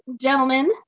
gentlemen